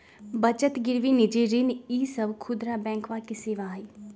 बचत गिरवी निजी ऋण ई सब खुदरा बैंकवा के सेवा हई